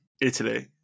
Italy